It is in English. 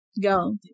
Go